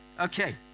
okay